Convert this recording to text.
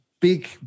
big